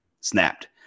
snapped